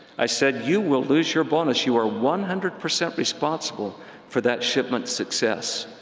i said, you will lose your bonus. you are one hundred percent responsible for that shipment's success.